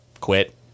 quit